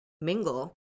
Mingle